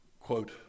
quote